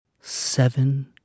Seven